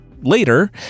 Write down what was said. later